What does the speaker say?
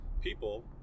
people